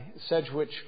Sedgwick